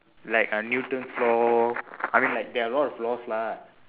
like uh newton's law I mean like there are a lot of laws lah